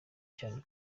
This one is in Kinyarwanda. cyane